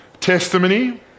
Testimony